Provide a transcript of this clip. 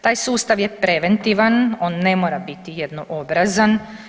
Taj sustav je preventivan, on ne mora biti jednoobrazan.